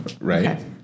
right